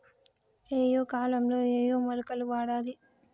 ఏయే కాలంలో ఏయే మొలకలు వాడాలి?